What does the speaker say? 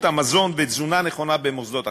המזון ולתזונה נכונה במוסדות חינוך.